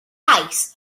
gwrtais